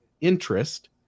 interest